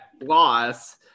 loss